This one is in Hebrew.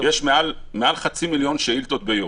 מעל חצי מיליון שאילתות ביום.